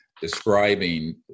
describing